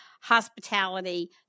hospitality